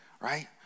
right